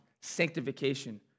sanctification